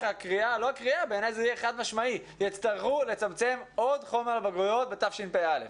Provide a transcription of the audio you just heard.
הקריאה שיצטרכו לצמצם עוד חומר לבגרויות בתשפ"א.